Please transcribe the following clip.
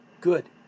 Good